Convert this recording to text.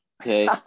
Okay